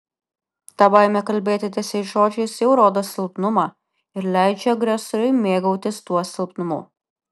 ta baimė kalbėti tiesiais žodžiais jau rodo silpnumą ir leidžia agresoriui mėgautis tuo silpnumu